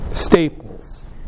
staples